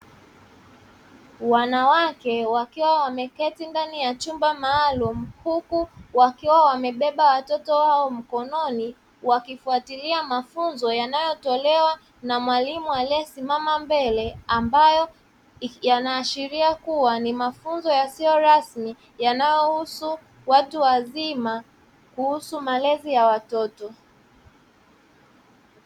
Wanawake wakiwa wameketi ndani ya chumba maalumu, huku wakiwa wamebeba watoto wao mkononi wakifuatilia mafunzo yanayotolewa na mwalimu aliyesimama mbele, ambayo yanaashiria kuwa ni mafunzo yasiyo rasmi yanayohusu watu wazima kuhusu malezi ya watoto.